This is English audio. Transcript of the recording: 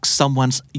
someone's